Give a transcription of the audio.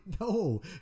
no